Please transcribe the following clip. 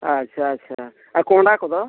ᱟᱪᱪᱷᱟ ᱟᱪᱪᱷᱟ ᱟᱨ ᱠᱚᱸᱦᱰᱟ ᱠᱚᱫᱚ